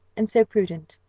and so prudent,